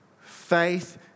faith